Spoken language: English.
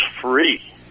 free